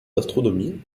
astronomie